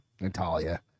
Natalia